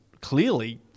clearly